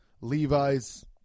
Levi's